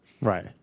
right